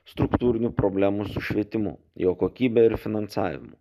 struktūrinių problemų su švietimu jo kokybe ir finansavimu